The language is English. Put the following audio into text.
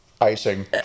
icing